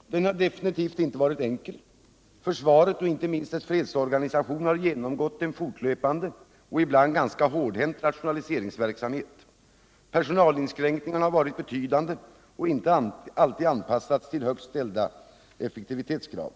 Uppgiften har definitivt inte varit enkel. Försvaret — och inte minst dess fredsorganisation — har genomgått en fortlöpande och ibland ganska hårdhänt rationaliseringsverksamhet. Personalinskränkningarna har varit betydande och inte alltid anpassade till högt ställda effektivitetskrav.